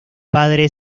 padre